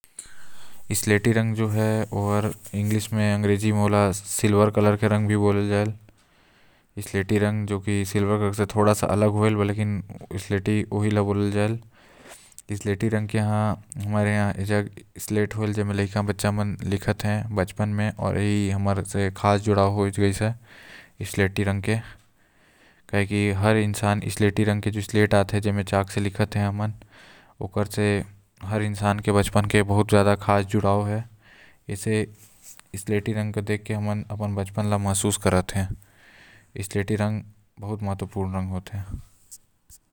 ऐला अंग्रेजी म सिल्वर कलर भी कहते। आऊ आज के समय म सिल्वर कलर से बहुत सारा चैन आऊ कड़ा बनाया जायल एहीबर ए महंगा भी बिकते।